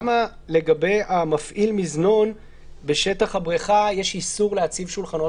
למה לגבי מפעיל המזנון בשטח הבריכה יש איסור להציב שולחנות?